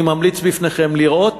אני ממליץ בפניכם לראות